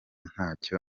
ntacyo